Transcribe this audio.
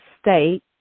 state